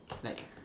like